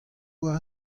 war